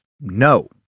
No